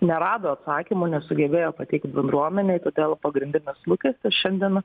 nerado atsakymo nesugebėjo pateikti bendruomenei todėl pagrindinis lūkestis šiandien